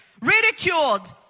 ridiculed